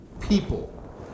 people